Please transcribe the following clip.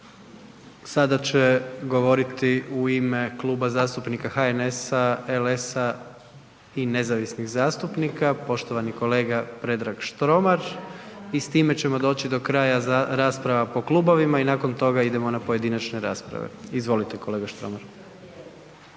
Sada će govoriti u ime Kluba zastupnika HNS-a, LS-a i nezavisnih zastupnika, poštovani kolega Predrag Štromar i s time ćemo doći do kraja s raspravama po klubovima i nakon toga idemo na pojedinačne rasprave. Izvolite kolega Štromar.